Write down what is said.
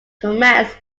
commands